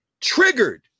triggered